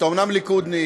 אתה אומנם ליכודניק,